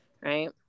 Right